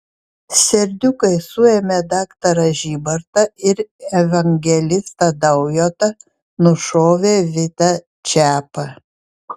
serdiukai suėmė daktarą žybartą ir evangelistą daujotą nušovė vidą čepą